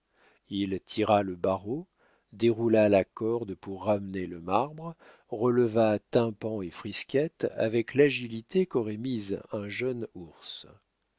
il tira le barreau déroula la corde pour ramener le marbre releva tympan et frisquette avec l'agilité qu'aurait mise un jeune ours